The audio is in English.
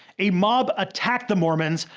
a mob attacked the mormons,